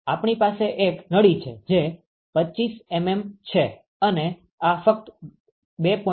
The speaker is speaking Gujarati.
આપણી પાસે એક નળી છે જે 25 મીમી છે અને આ ફક્ત 2